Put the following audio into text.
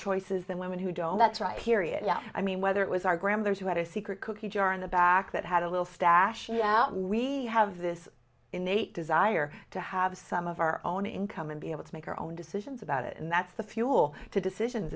choices than women who don't that's right period yeah i mean whether it was our grandmothers who had a secret cookie jar in the back that had a little stash out and we have this innate desire to have some of our own income and be able to make our own decisions about it and that's the fuel to decisions